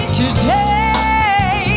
today